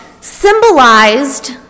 symbolized